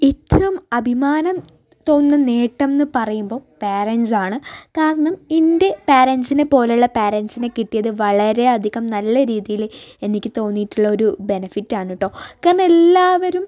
ഏറ്റവും അഭിമാനം തോന്നുന്ന നേട്ടം എന്നു പറയുമ്പോൾ പേരൻ്റ്സാണ് കാരണം എന്റെ പേരൻ്റ്സിനെ പോലുള്ള പേരൻ്റ്സിനെ കിട്ടിയത് വളരെ അധികം നല്ല രീതിയിൽ എനിക്ക് തോന്നിയിട്ടുള്ള ഒരു ബെനിഫിറ്റാണ് കേട്ടോ കാരണം എല്ലാവരും